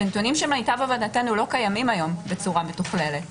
נתונים שלמיטב הבנתנו לא קיימים היום בצורה מתוכללת.